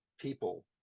people